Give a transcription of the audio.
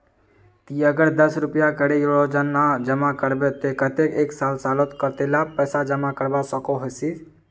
ती अगर दस रुपया करे रोजाना जमा करबो ते कतेक एक सालोत कतेला पैसा जमा करवा सकोहिस?